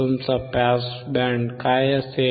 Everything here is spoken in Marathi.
तुमचा पास बँड काय असेल